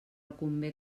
convé